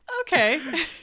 Okay